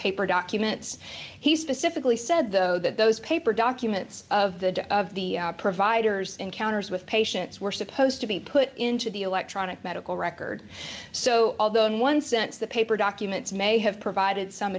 paper documents he specifically said though that those paper documents of the day of the providers encounters with patients were supposed to be put into the electronic medical record so although in one sense the paper documents may have provided some